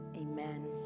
Amen